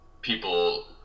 people